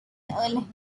woolley